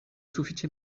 sufiĉe